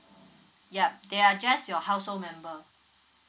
yup they're just your household member